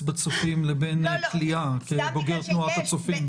בצופים לבין כליאה כבוגר תנועת הצופים.